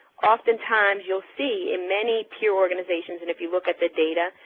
oftentimes you'll see in many peer organizations, and if you look at the data,